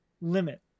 limit